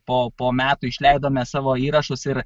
po po metų išleidome savo įrašus ir